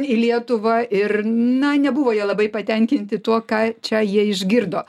į lietuvą ir na nebuvo jie labai patenkinti tuo ką čia jie išgirdo